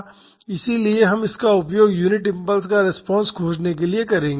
इसलिए हम इसका उपयोग यूनिट इम्पल्स का रिस्पांस खोजने के लिए करेंगे